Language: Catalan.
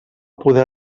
poder